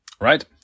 Right